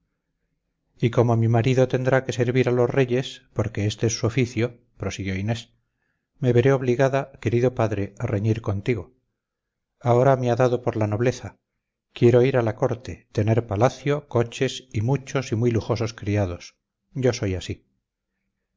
y como mi marido tendrá que servir a los reyes porque éste es su oficio prosiguió inés me veré obligada querido padre a reñir contigo ahora me ha dado por la nobleza quiero ir a la corte tener palacio coches y muchos y muy lujosos criados yo soy así